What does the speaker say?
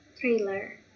trailer